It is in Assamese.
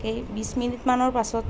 এই বিশ মিনিটমানৰ পাছত